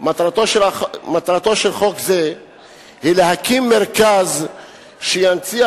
מטרתו של חוק זה היא להקים מרכז שינציח